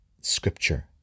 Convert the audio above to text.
Scripture